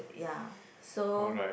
ya so